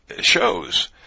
shows